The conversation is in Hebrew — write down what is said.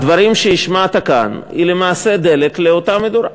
הדברים שהשמעת כאן הם למעשה דלק לאותה מדורה.